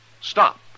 stop